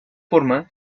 forma